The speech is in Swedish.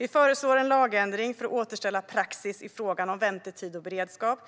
Vi föreslår en lagändring för att återställa praxis i frågan om väntetid och beredskap,